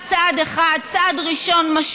1. בית החולים בנצרת,